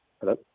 hello